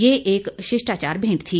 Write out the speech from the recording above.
ये एक शिष्टाचार भेंट थी